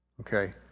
Okay